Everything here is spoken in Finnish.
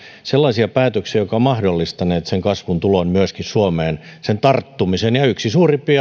sellaisia päätöksiä jotka ovat mahdollistaneet sen kasvun tulon myöskin suomeen sen tarttumisen yksi suurimpia